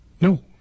No